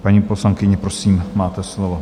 Paní poslankyně, prosím, máte slovo.